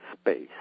space